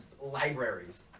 Libraries